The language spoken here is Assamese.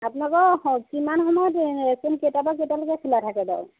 আপোনালোকৰ স কিমান সময়ত কেইটা পা কেইটালৈকে খোলা থাকে বাৰু